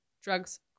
drugs